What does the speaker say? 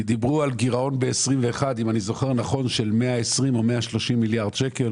כי דיברו על גירעון ב-21' אם אני זוכר נכון של 120 או 130 מיליארד שקל.